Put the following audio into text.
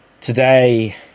today